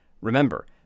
Remember